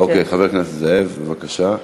חבר הכנסת זאב, בבקשה.